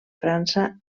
frança